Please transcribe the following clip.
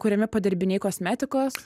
kuriami padirbiniai kosmetikos